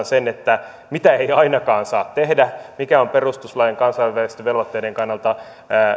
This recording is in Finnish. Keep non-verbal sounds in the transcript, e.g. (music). (unintelligible) sen mitä ei ainakaan saa tehdä mikä on perustuslain ja kansainvälisten velvoitteiden kannalta